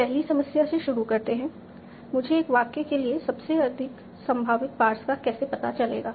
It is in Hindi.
पहली समस्या से शुरू करते हुए मुझे एक वाक्य के लिए सबसे अधिक संभावित पार्स का कैसे पता चलेगा